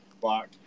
block